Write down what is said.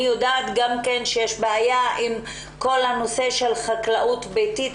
אני יודעת גם כן שיש בעיה עם חקלאות ביתית,